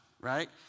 right